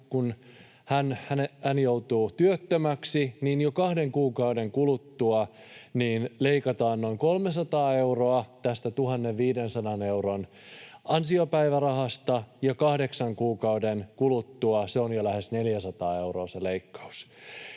joutuu työttömäksi, käytännössä jo kahden kuukauden kuluttua leikataan noin 300 euroa tästä 1 500 euron ansiopäivärahasta ja kahdeksan kuukauden kuluttua se leikkaus on jo lähes 400 euroa. Nämä leikkaukset